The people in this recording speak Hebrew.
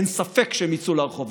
אין ספק שהם יצאו לרחובות.